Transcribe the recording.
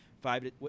five –